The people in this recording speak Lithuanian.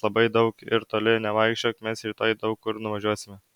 labai daug ir toli nevaikščiok mes rytoj daug kur nuvažiuosime